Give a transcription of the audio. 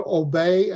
obey